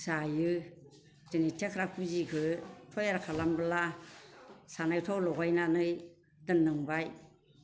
जायो दिनै थेख्ला खुजिखो थयार खालामब्ला जानाय थाव लगायनानै दोननांबाय